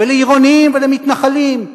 ולעירונים ולמתנחלים,